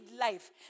life